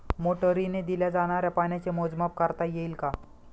मोटरीने दिल्या जाणाऱ्या पाण्याचे मोजमाप करता येईल का?